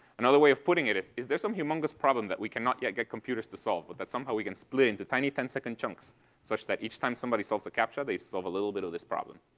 another way of putting it is, is there some humongous problem that we cannot yet get computers to solve, but that somehow we can split into tiny ten second chunks such that each time somebody solves a captcha they solve a little bit of this problem?